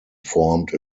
formed